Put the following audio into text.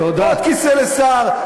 עוד כיסא לשר.